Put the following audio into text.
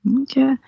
Okay